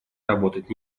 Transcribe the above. работать